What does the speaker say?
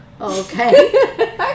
Okay